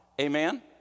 amen